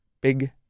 big